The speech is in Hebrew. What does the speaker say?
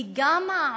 כי גם העוני,